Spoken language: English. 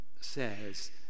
says